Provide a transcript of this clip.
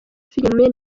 filime